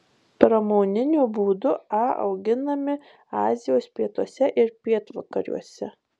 pramoniniu būdu a auginami azijos pietuose ir pietvakariuose